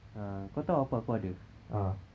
ah kau tahu apa aku order